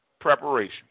preparation